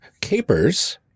Capers